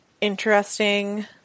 interesting